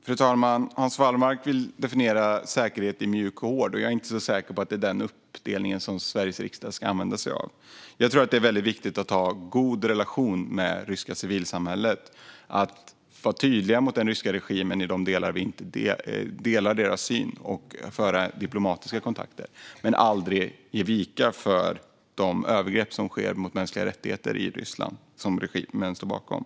Fru talman! Hans Wallmark vill definiera säkerhet som mjuk och hård, men jag är inte så säker på att det är den uppdelningen som Sveriges riksdag ska använda sig av. Jag tror att det är väldigt viktigt att ha en god relation med det ryska civilsamhället, att vara tydliga mot den ryska regimen i de delar där vi inte delar deras syn och att ha diplomatiska kontakter. Men vi får aldrig ge vika för de övergrepp mot mänskliga rättigheter i Ryssland som regimen står bakom.